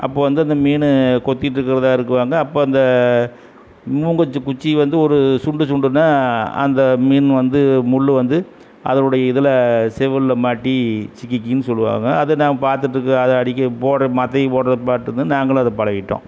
அப்போது வந்து அந்த மீன் கொத்திகிட்ருக்குறதா இருக்கும் அந்த அப்போ அந்த மூங்க கட்டை குச்சி வந்து ஒரு சுண்டு சுண்டுனால் அந்த மீன் வந்து முள் வந்து அதோனுடைய இதில் செவுலில் மாட்டி சிக்கிக்கிங்னு சொல்லுவாங்க அதை நான் பார்த்துட்ருக்க அதை அடிக்க போடுறத மாற்றி போடுற பார்த்து நாங்களும் அதை பழகிட்டோம்